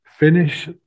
Finish